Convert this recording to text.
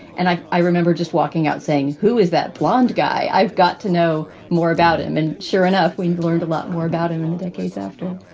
and i i remember just walking out saying, who is that blond guy? i've got to know more about him. and sure enough, we learned a lot more about him in the decades after.